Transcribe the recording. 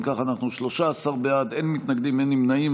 אם כך, אנחנו 13 בעד, אין מתנגדים, אין נמנעים.